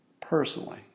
personally